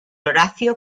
horacio